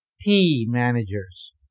T-managers